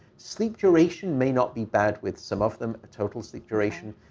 sleep duration may not be bad with some of them, total sleep duration,